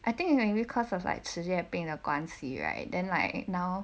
I think is maybe cause of like will cause of like 事业病的关系 right then like now